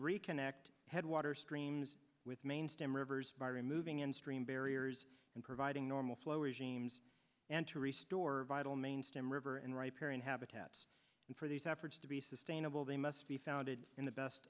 reconnect headwater streams with main stem rivers by removing and stream barriers and providing normal flow regimes and to restore vital mainstream river and repairing habitats and for these efforts to be sustainable they must be founded in the best